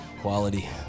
Quality